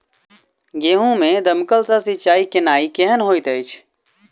गेंहूँ मे दमकल सँ सिंचाई केनाइ केहन होइत अछि?